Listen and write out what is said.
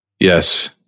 Yes